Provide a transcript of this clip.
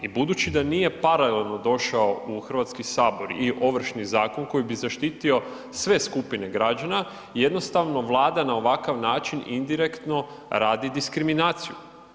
I budući da nije paralelno došao u Hrvatski sabor i Ovršni zakon koji bi zaštitio sve skupine građana jednostavno Vlada na ovakav način indirektno radi diskriminaciju.